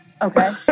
Okay